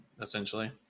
essentially